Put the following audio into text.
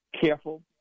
careful